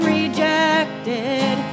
rejected